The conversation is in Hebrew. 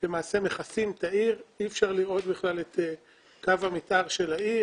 למעשה מכסים את העיר ואי אפשר לראות את קו המתאר של העיר.